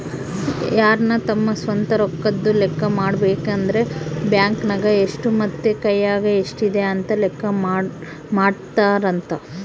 ಯಾರನ ತಮ್ಮ ಸ್ವಂತ ರೊಕ್ಕದ್ದು ಲೆಕ್ಕ ಮಾಡಬೇಕಂದ್ರ ಬ್ಯಾಂಕ್ ನಗ ಎಷ್ಟು ಮತ್ತೆ ಕೈಯಗ ಎಷ್ಟಿದೆ ಅಂತ ಲೆಕ್ಕ ಮಾಡಕಂತರಾ